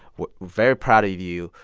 we're very proud of you.